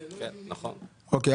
אוקיי.